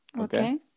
Okay